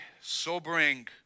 sobering